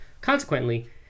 Consequently